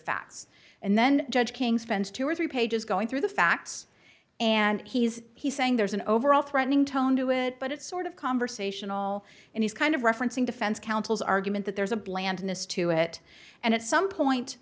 facts and then judge king spends two or three pages going through the facts and he's he's saying there's an overall threatening tone to it but it's sort of conversational and he's kind of referencing defense counsel's argument that there's a blandness to it and at some point